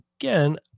again